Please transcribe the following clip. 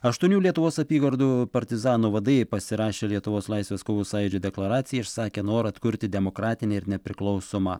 aštuonių lietuvos apygardų partizanų vadai pasirašė lietuvos laisvės kovų sąjūdžio deklaraciją išsakė norą atkurti demokratinę ir nepriklausomą